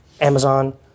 Amazon